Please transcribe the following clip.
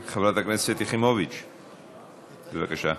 חברת הכנסת יחימוביץ, בבקשה.